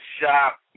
shop